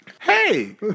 Hey